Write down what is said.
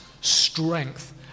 strength